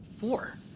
Four